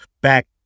back